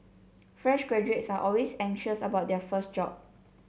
fresh graduates are always anxious about their first job